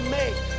make